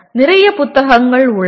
நிறைய புத்தகங்கள் உள்ளன